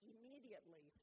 Immediately